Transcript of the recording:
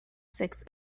six